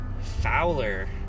Fowler